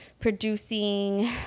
Producing